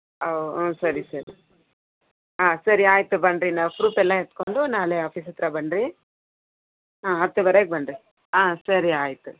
ಹಾಂ ಸರಿ ಸರಿ ಹಾಂ ಸರಿ ಆಯಿತು ಬನ್ನಿರಿ ನಾವು ಪ್ರೊಫೆಲ್ಲ ಎತ್ಕೊಂಡು ನಾಳೆ ಆಫೀಸ್ ಹತ್ರ ಬನ್ನಿರಿ ಹಾಂ ಹತ್ತುವರೆಗೆ ಬನ್ನಿರಿ ಹಾಂ ಸರಿ ಆಯಿತು